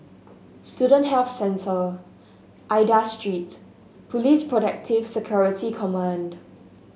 Student Health Centre Aida Street Police Protective Security Command